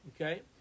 Okay